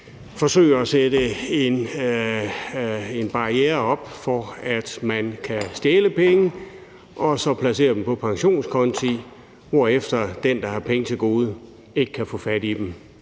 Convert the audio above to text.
forsøger at sætte en barriere op for, at man kan stjæle penge og så placere dem på pensionskonti, hvorefter den, der har penge til gode, ikke kan få fat i dem.